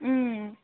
ம்